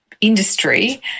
industry